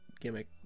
gimmick